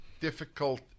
difficult